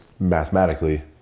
mathematically